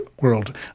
world